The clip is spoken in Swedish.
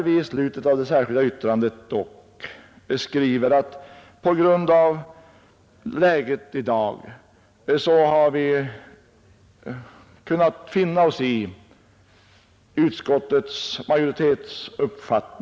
I slutet av det särskilda yttrandet skriver vi dock att vi på grund av läget för dagen har kunnat finna oss i utskottsmajoritetens uppfattning.